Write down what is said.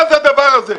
מה זה הדבר הזה?